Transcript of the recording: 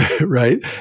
right